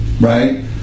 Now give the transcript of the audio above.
right